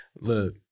Look